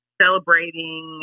celebrating